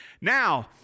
Now